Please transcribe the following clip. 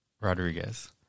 Rodriguez